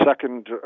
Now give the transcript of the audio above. second